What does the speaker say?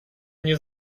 nie